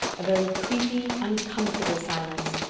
a very creepy, uncomfortable silence.